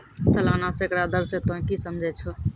सलाना सैकड़ा दर से तोंय की समझै छौं